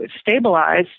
stabilize